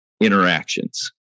interactions